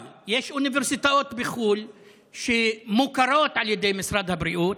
אבל יש אוניברסיטאות בחו"ל שמוכרות על ידי משרד הבריאות,